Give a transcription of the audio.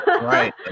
Right